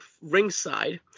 ringside